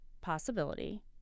possibility